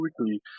weekly